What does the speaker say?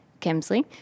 Kemsley